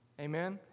Amen